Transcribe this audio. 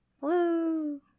Woo